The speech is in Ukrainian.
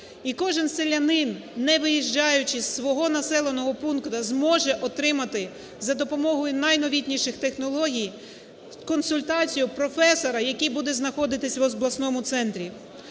І кожен селянин, не виїжджаючи із свого населеного пункту, зможе отримати за допомогою найновітніших технологій консультації професора, який буде знаходитися в обласному центрі.